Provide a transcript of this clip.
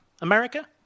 America